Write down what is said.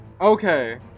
Okay